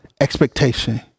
expectation